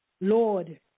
Lord